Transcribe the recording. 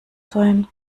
sein